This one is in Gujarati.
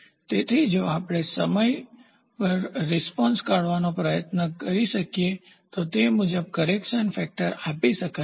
તેથી જો આપણે સમય સમય પર રીશ્પોન્સપ્રતિસાદ કાઢવાનો પ્રયાસ કરી શકીએ તો તે મુજબ કરેકશન ફેક્ટર સુધારણા પરિબળ આપી શકાય છે